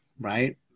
Right